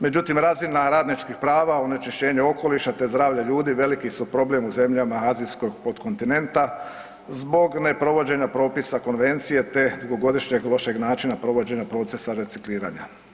Međutim, razina radničkih prava, onečišćenje okoliša, te zdravlja ljudi veliki su problem u zemljama azijskog podkontinenta zbog neprovođenja propisa konvencije, te dugogodišnjeg lošeg načina provođenja procesa recikliranja.